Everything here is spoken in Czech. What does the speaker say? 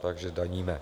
Takže daníme.